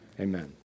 Amen